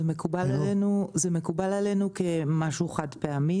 זה מקובל עלינו כמשהו חד פעמי,